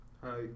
Hi